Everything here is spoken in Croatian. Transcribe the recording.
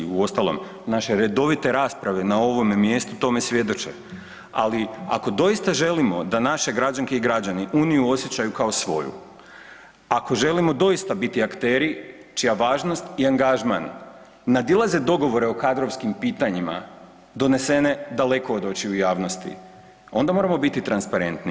Uostalom naše redovite rasprave na ovome mjestu tome svjedoče, ali ako doista želimo da naše građanke i građani Uniju osjećaju kao svoju, ako želimo doista biti akteri čija važnost i angažman nadilaze dogovore o kadrovskim pitanjima donesene daleko od očiju javnosti onda moramo biti transparentniji.